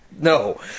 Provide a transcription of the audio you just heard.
no